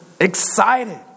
Excited